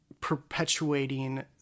perpetuating